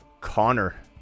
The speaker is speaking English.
Connor